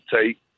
take